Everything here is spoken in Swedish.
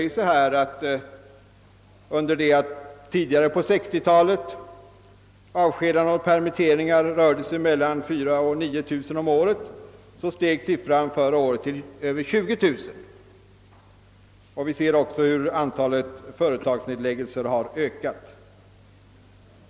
Under det att tidigare på 1960-talet avskedandena och permitteringarna rörde sig om mellan 4 000 och 9 000 per år, steg enligt denna uppställning siffran för förra året till över 20000. Vi ser också hur antalet företagsnedläggelser har ökat.